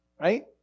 right